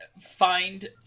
find